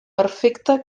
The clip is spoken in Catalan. perfecte